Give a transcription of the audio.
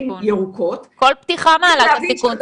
ירוקות --- כל פתיחה מעלה את הסיכון,